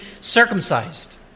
circumcised